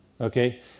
Okay